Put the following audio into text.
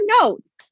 notes